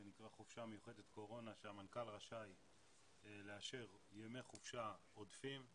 זה נקרא חופשה מיוחדת קורונה שהמנכ"ל רשאי לאשר ימי חופשה עודפים.